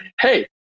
hey